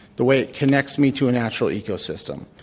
the way it connects me to a natural ecosystem.